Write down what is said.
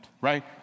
right